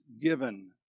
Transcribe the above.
given